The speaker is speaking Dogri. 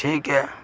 ठीक ऐ